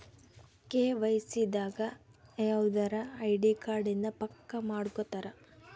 KYC ದಾಗ ಯವ್ದರ ID card ಇಂದ ಪಕ್ಕ ಮಾಡ್ಕೊತರ